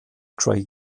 craig